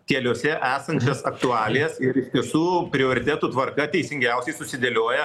keliuose esančias aktualijas ir iš tiesų prioritetų tvarka teisingiausiai susidėlioja